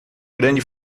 grande